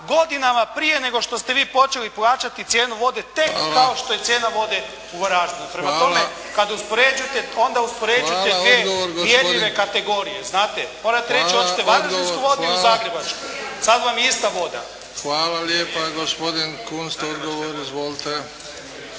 godinama prije nego što ste vi počeli plaćati cijenu vode tek kao što je cijena vode u Varaždinu. Prema tome, kada uspoređujete, onda uspoređujte dvije mjerljive kategorije znate. Morate reći hoćete varaždinsku vodu ili zagrebačku. Sad vam je ista voda. **Bebić, Luka (HDZ)** Hvala lijepa. Gospodin Kunst, odgovor. Izvolite.